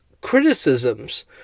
criticisms